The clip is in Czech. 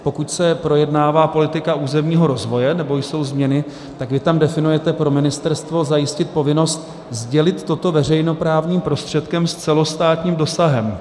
Pokud se projednává politika územního rozvoje nebo jsou změny, tak vy tam definujete pro ministerstvo zajistit povinnost sdělit toto veřejnoprávním prostředkem s celostátním dosahem.